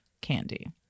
candy